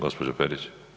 Gospođo Perić?